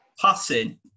passing